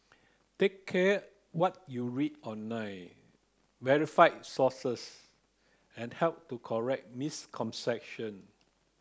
take care what you read online verify sources and help to correct misconception